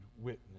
witness